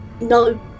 no